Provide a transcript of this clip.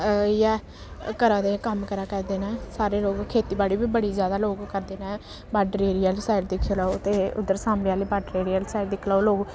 इ'यै करा दे कम्म करा करदे न सारे लोग खेती बाड़ी बी बड़ी जैदा लोक करदे न बार्डर एरिया आह्ली साइड दिक्खी लैओ ते उद्धर सांबे आह्ले बार्डर एरिया आह्ली साइड दिक्खी लैओ लोक